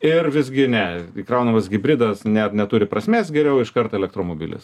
ir visgi ne įkraunamas hibridas ne neturi prasmės geriau iškart elektromobilis